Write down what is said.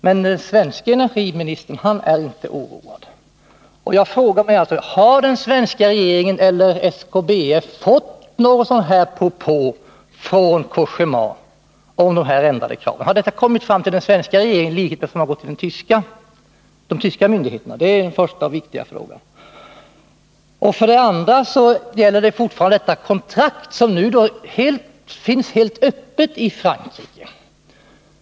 Men den svenske arbetsmarknadsministern är inte oroad. Jag frågar mig alltså: Har den svenska regeringen eller SKBF fått någon propå från Cogéma om de ändrade kraven? Har detta kommit fram till den svenska regeringen på samma sätt som till de tyska myndigheterna? Det är den första och viktigaste frågan. Den andra frågan gäller kontraktet, som är helt öppet i Frankrike.